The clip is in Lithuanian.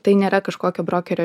tai nėra kažkokio brokerio